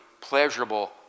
pleasurable